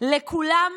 באמצעות